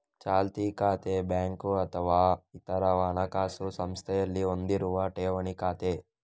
ಚಾಲ್ತಿ ಖಾತೆ ಬ್ಯಾಂಕು ಅಥವಾ ಇತರ ಹಣಕಾಸು ಸಂಸ್ಥೆಯಲ್ಲಿ ಹೊಂದಿರುವ ಠೇವಣಿ ಖಾತೆ